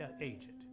agent